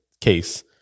case